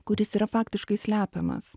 kuris yra faktiškai slepiamas